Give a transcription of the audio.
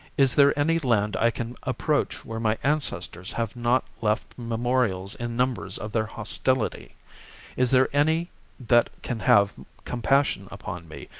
is there any land i can approach where my ancestors have not left memorials in numbers of their hostility is there any that can have compassion upon me,